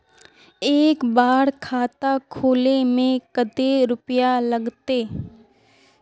एक बार खाता खोले में कते रुपया लगते?